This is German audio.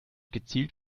gezielt